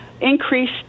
Increase